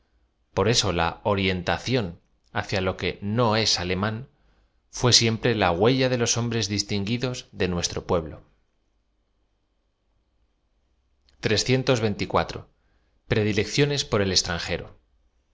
r eso la oriénfación hacia lo que no es áumán fué siempre la huella de los hombres distinguidos de nuestro pueblo predilecciones por el extranjero